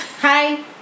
Hi